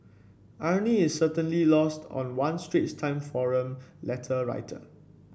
irony is certainly lost on one Straits Times forum letter writer